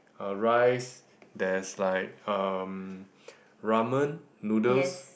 uh rice there's like um ramen noodles